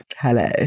Hello